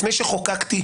לפני חקיקה,